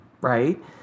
right